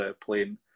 plane